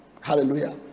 Hallelujah